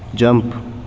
jump